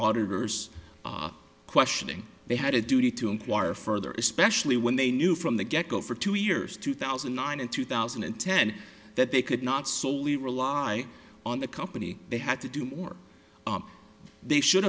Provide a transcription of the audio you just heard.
auditors questioning they had a duty to inquire further especially when they knew from the get go for two years two thousand and nine and two thousand and ten that they could not solely rely on the company they had to do or they should